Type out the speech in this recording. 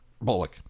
Bullock